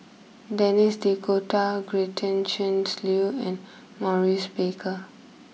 Denis D'Cotta Gretchen's Liu and Maurice Baker